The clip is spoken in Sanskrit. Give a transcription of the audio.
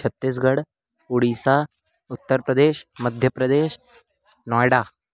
छत्तिस्गढ् ओडीसा उत्तरप्रदेशः मध्यप्रदेशः नोय्डा